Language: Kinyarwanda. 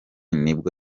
nibwo